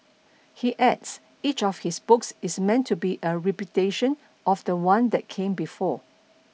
he adds each of his books is meant to be a repudiation of the one that came before